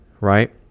right